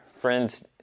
friends